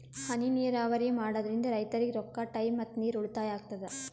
ಹನಿ ನೀರಾವರಿ ಮಾಡಾದ್ರಿಂದ್ ರೈತರಿಗ್ ರೊಕ್ಕಾ ಟೈಮ್ ಮತ್ತ ನೀರ್ ಉಳ್ತಾಯಾ ಆಗ್ತದಾ